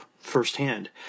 firsthand